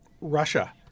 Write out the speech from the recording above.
Russia